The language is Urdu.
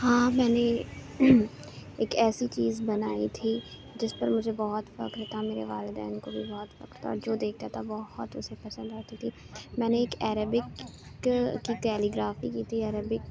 ہاں میں نے ایک ایسی چیز بنائی تھی جس پر مجھے بہت فخر تھا میرے والدین کو بھی بہت فخر تھا جو دیکھتا تھا بہت اسے پسند آتی تھی میں نے ایک عربک کی کیلیگرافی کی تھی عربک